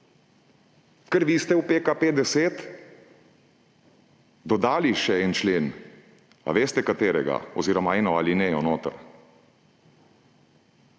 Ker vi ste v PKP10 dodali še en člen. Veste, katerega oziroma eno alinejo noter?